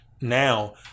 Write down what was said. now